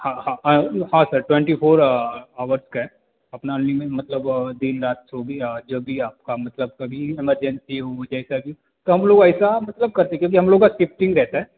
हाँ हाँ हाँ हाँ सर ट्वेंटी फ़ोर आवर्स का है अपना मतलब दिन रात जो भी जब भी आपका मतलब कभी भी एमरजेंसी हो जाए कभी तो हम लोग ऐसा मतलब करते हैं कि जो हम लोग का शिफ़्टिंग रहता है